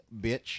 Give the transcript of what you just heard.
bitch